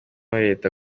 leta